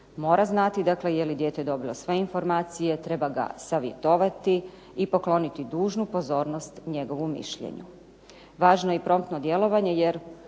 Mora znati, dakle je li dijete dobilo sve informacije, treba ga savjetovati i pokloniti dužnu pozornost njegovu mišljenju. Važno je i promtno djelovanje jer